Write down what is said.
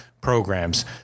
programs